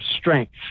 strength